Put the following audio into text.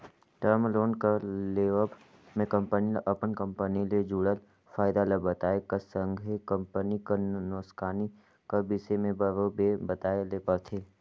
term loan कर लेवब में कंपनी ल अपन कंपनी ले जुड़ल फयदा ल बताए कर संघे कंपनी कर नोसकानी कर बिसे में बरोबेर बताए ले परथे